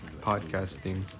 podcasting